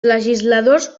legisladors